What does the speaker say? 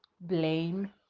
blame